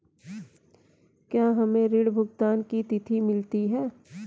क्या हमें ऋण भुगतान की तिथि मिलती है?